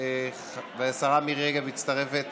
והשרה מירי רגב מצטרפת